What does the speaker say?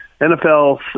NFL